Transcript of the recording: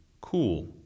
cool